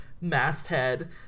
masthead